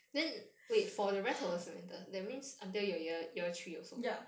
ya